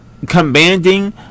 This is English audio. commanding